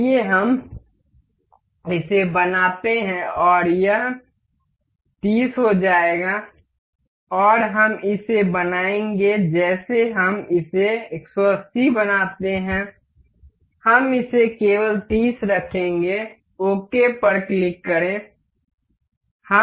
आइए हम इसे बनाते हैं यह 30 हो जाएगा और हम इसे बनाएंगे जैसे हम इसे 180 बनाते हैं हम इसे केवल 30 रखेंगे ओके पर क्लिक करें